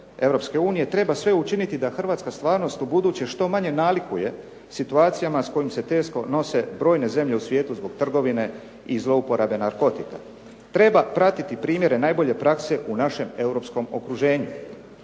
EU treba sve učiniti da hrvatska stvarnost ubuduće što manje nalikuje situacijama s kojim se teško nose brojne zemlje u svijetu zbog trgovine i zlouporabe narkotika. Treba pratiti primjere najbolje prakse u našem europskom okruženju.